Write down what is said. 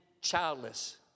childless